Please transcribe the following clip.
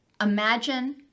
Imagine